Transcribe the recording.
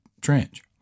trench